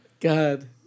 God